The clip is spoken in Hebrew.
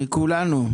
מכולנו.